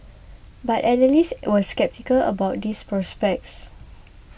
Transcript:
but analysts were sceptical about this prospects